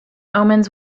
omens